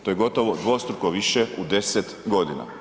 To je gotovo dvostruko više u 10 godina.